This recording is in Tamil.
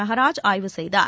மெகராஜ் ஆய்வு செய்தார்